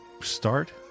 start